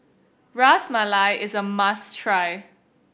Ras Malai is a must try